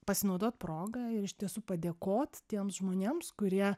pasinaudot proga ir iš tiesų padėkot tiems žmonėms kurie